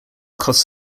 costs